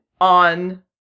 on